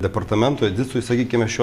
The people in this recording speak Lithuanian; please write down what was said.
departamento edisui sakykime šiuo